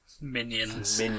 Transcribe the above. Minions